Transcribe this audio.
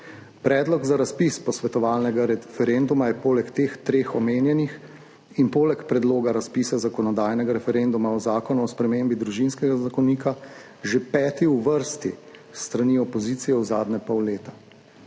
Predlog za razpis posvetovalnega referenduma je poleg teh treh omenjenih in poleg predloga razpisa zakonodajnega referenduma o Zakonu o spremembi Družinskega zakonika že peti v vrsti s strani opozicije v zadnje pol leta.